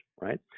right